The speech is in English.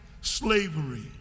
slavery